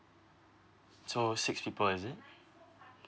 so six people is it